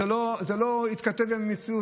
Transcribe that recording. הם לא התכתבו עם המציאות.